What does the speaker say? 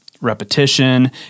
repetition